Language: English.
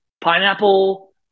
pineapple